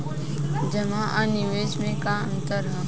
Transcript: जमा आ निवेश में का अंतर ह?